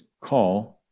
call